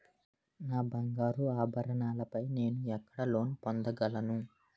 నా బంగారు ఆభరణాలపై నేను ఎక్కడ లోన్ పొందగలను?